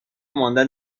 ماندن